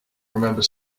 remember